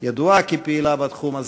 שידועה כפעילה בתחום.